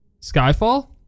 Skyfall